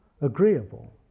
agreeable